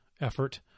effort